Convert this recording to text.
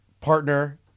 partner